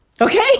Okay